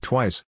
Twice